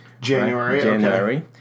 January